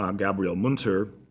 um gabriele munter.